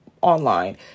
online